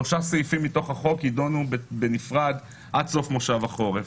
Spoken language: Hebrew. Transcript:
שלושה סעיפים מתוך החוק יידונו בנפרד עד סוף מושב החורף,